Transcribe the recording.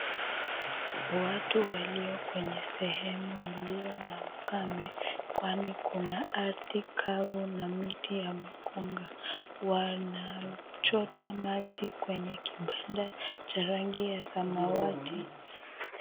Watu walio kwenye sehemu iliyo na ukame, kwani kuna ardhi kavu na miti ya mikunga, wanachota maji kwenye kibanda cha rangi ya samawati.